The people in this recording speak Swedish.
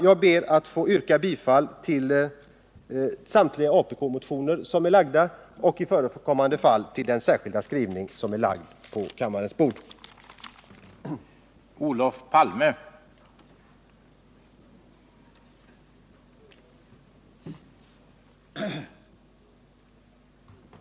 Jag ber att få yrka bifall till samtliga apk-motioner och till det särskilda yrkande i anslutning därtill som delats ut till kammarens ledamöter, nämligen: